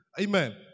Amen